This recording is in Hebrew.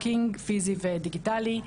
stalking פיזי ודיגיטלי,